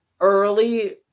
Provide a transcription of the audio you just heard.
early